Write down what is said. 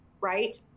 right